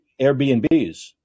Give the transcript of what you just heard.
Airbnbs